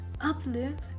uplift